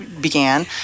began